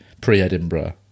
pre-Edinburgh